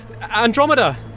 Andromeda